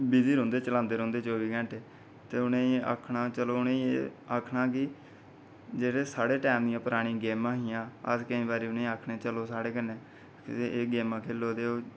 busy रौंह्दे चलांदे रौंह्दे चौह्बी घैंटे ते उ'नें ई आखना चलो उ'नें ई आखना कि जेह्ड़े साढ़े टाइम दियां परानियां गेमा हियां अस केईं बारी उ'नें ई आखने आं चलो साढे़ कन्नै एह् गेमां खेढो ते ओह्